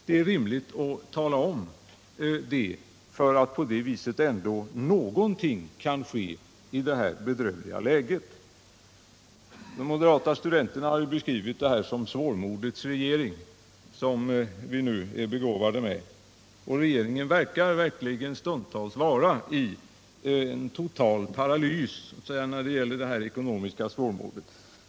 Det är rimligt att lämna en sådan redovisning, för att ändå någonting skall kunna göras i detta bedrövliga läge. De moderata studenterna har beskrivit den regering som vi nu är begåvade med som svårmodets regering, och den verkar stundtals vara totalt paralyserad i detta sitt ekonomiska svårmod.